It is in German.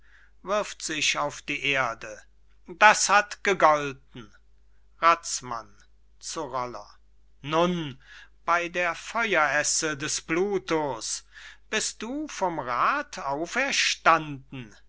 wirft sich auf die erde das hat gegolten razmann zu roller nun bey der feueresse des pluto's bist du vom rad auferstanden